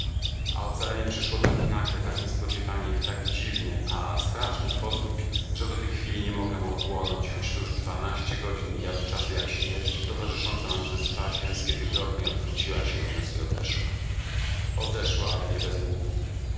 a ocalenie przyszło tak nagle tak niespodziewanie i w tak dziwny a straszny sposób że do tej chwili nie mogę ochłonąć choć to już dwanaście godzin mija od czasu jak śmierć towarzysząca nam przez dwa ziemskie tygodnie odwróciła się od nas i odeszła odeszła ale nie bez łupu